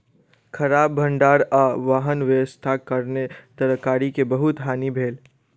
खराब भण्डार आ वाहन व्यवस्थाक कारणेँ तरकारी के बहुत हानि भेल